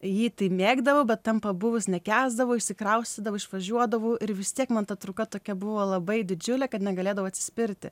jį mėgdavau bet ten pabuvus nekęsdavau išsikraustydavau išvažiuodavau ir vis tiek man ta truka tokia buvo labai didžiulė kad negalėdavau atsispirti